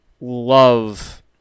love